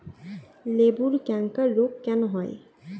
লেবুর ক্যাংকার রোগ কেন হয়?